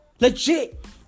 Legit